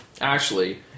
Ashley